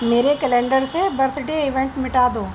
میرے کیلنڈر سے birthday event مٹا دو